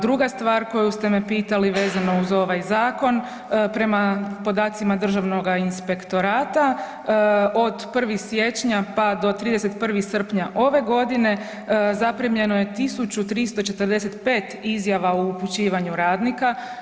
Druga stvar koju ste me pitali vezano uz ovaj zakon, prema podacima državnoga inspektorata od 1. siječnja, pa do 31. srpnja ove godine zaprimljeno je 1345 izjava o upućivanju radnika.